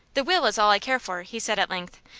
the will is all i care for, he said, at length.